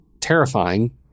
terrifying